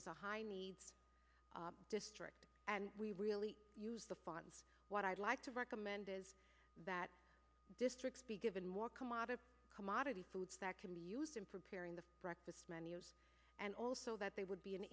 is a high needs district and we really use the funds what i'd like to recommend is that districts be given more commodity commodity foods that can be used in preparing the breakfast menu and also that they would be an